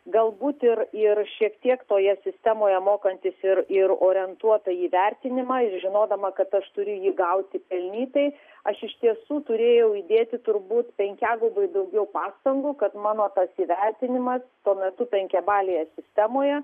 galbūt ir ir šiek tiek toje sistemoje mokantis ir ir orientuota į vertinimą ir žinodama kad aš turiu jį gauti pelnytai aš iš tiesų turėjau įdėti turbūt penkiagubai daugiau pastangų kad mano tas įvertinimas tuo metu penkiabalėje sistemoje